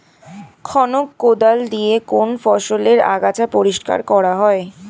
খনক কোদাল দিয়ে কোন ফসলের আগাছা পরিষ্কার করা হয়?